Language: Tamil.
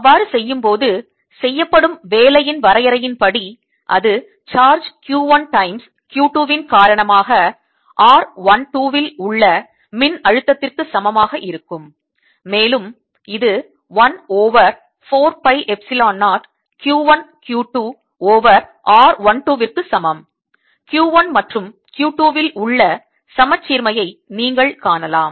அவ்வாறு செய்யும் போது செய்யப்படும் வேலையின் வரையறையின் படி அது சார்ஜ் Q 1 டைம்ஸ் Q 2 வின் காரணமாக r 1 2 இல் உள்ள மின் அழுத்தத்திற்கு சமமாக இருக்கும் மேலும் இது 1 over 4 pi Epsilon 0 Q 1 Q 2 over r 1 2 விற்கும் சமம் Q 1 மற்றும் Q 2 இல் உள்ள சமச்சீர்மையை நீங்கள் காணலாம்